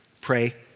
pray